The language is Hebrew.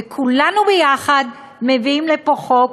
וכולנו ביחד מביאים לפה חוק,